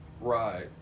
Right